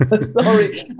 Sorry